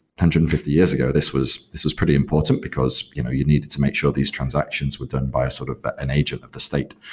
hundred and fifty years ago, this was this was pretty important, because you know you needed to make sure these transactions were done by sort of an agent of the state,